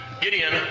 Gideon